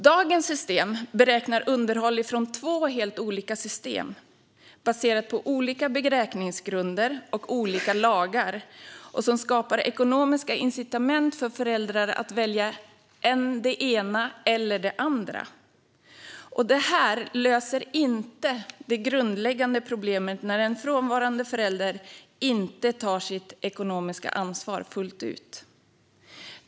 Dagens system beräknar underhåll utifrån två helt olika system baserade på olika beräkningsgrunder och olika lagar och som skapar ekonomiska incitament för föräldrar att välja det ena eller det andra sättet. Det här löser inte det grundläggande problemet när en frånvarande förälder inte tar sitt ekonomiska ansvar fullt ut.